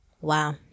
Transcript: Wow